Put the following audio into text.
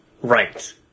Right